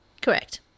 Correct